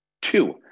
Two